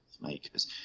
makers